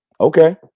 Okay